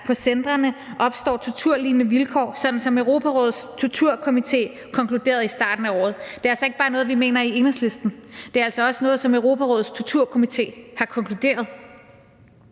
der på centrene opstår torturlignende vilkår, sådan som Europarådets Torturkomité konkluderede i starten af året. Det er altså ikke bare noget, vi mener i Enhedslisten; det er altså også noget, som Europarådets Torturkomité har konkluderet.